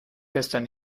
gestern